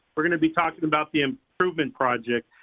we're going to be talking about the improvement project,